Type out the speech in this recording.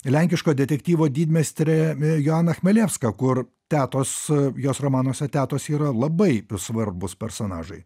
lenkiško detektyvo didmeistrė i joana chmelevska kur tetos jos romanuose tetos yra labai svarbūs personažai